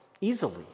easily